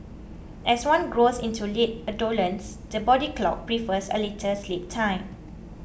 as one grows into late adolescence the body clock prefers a later sleep time